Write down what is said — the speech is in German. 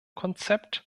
konzept